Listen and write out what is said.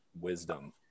wisdom